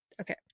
okay